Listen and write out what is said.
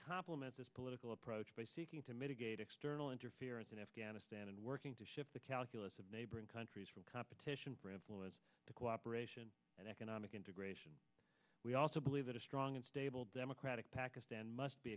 compliment this political approach by seeking to mitigate external interference in afghanistan and working to shift the calculus of neighboring countries from competition for employees to cooperation and economic integration we also believe that a strong and stable democratic pakistan must be